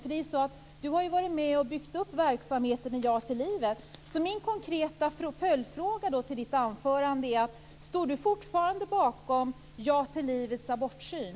Mikael Oscarsson har ju varit med och byggt upp verksamheten i Ja till livet. Min konkreta följdfråga efter Mikael Oscarssons anförande är om han fortfarande står bakom Ja till livets abortsyn.